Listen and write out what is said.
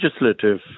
legislative